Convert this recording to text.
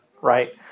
right